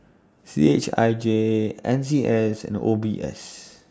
C H I J N C S and O B S